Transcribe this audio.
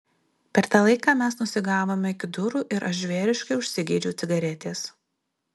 per tą laiką mes nusigavome iki durų ir aš žvėriškai užsigeidžiau cigaretės